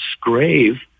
grave